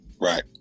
Right